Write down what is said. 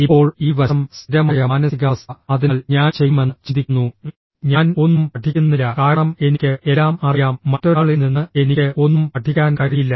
ഇപ്പോൾ ഈ വശംഃ സ്ഥിരമായ മാനസികാവസ്ഥ അതിനാൽ ഞാൻ ചെയ്യുമെന്ന് ചിന്തിക്കുന്നു ഞാൻ ഒന്നും പഠിക്കുന്നില്ല കാരണം എനിക്ക് എല്ലാം അറിയാം മറ്റൊരാളിൽ നിന്ന് എനിക്ക് ഒന്നും പഠിക്കാൻ കഴിയില്ല